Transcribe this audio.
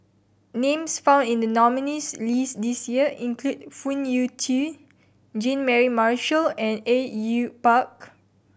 names found in the nominees' list this year include Phoon Yew Tien Jean Mary Marshall and Au Yue Pak